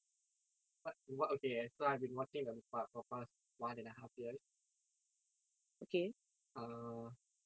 what what okay so I've been watching the pa~ for the past one and a half years(err)